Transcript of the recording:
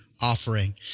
offering